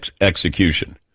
execution